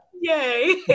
Yay